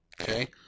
Okay